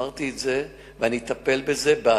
אמרתי את זה, ואני אטפל בזה בהעדפה.